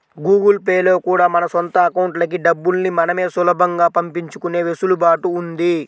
Google Pay లో కూడా మన సొంత అకౌంట్లకి డబ్బుల్ని మనమే సులభంగా పంపించుకునే వెసులుబాటు ఉంది